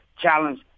challenge